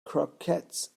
croquettes